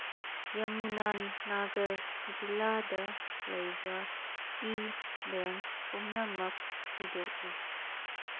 ꯌꯃꯨꯅꯥ ꯅꯒꯔ ꯖꯤꯂꯥꯗ ꯂꯩꯕ ꯏ ꯕꯦꯡ ꯄꯨꯝꯅꯃꯛ ꯊꯤꯗꯣꯛꯎ